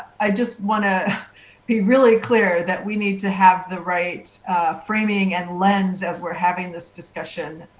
i just want to be really clear, that we need to have the right framing and plans as we are having this discussion.